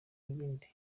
n’ibindi